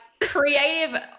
creative